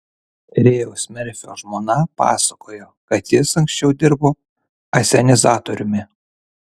rėjaus merfio žmona pasakojo kad jis anksčiau dirbo asenizatoriumi